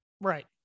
Right